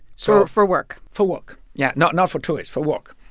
so. for work for work yeah, not not for tourism, for work.